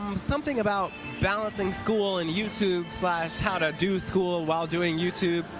um something about balancing school and youtube slash how to do school while doing youtube.